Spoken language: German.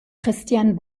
christian